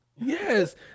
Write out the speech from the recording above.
Yes